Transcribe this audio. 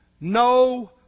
No